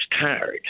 tired